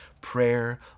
prayer